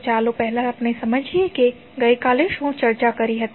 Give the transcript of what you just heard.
તો ચાલો પહેલા આપણે સમજીએ કે આપણે ગઈ કાલે શું ચર્ચા કરી હતી